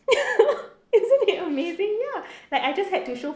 isn't it amazing ya like I just had to show